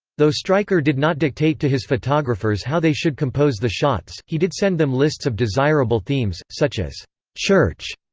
though stryker did not dictate to his photographers how they should compose the shots, he did send them lists of desirable themes, such as church,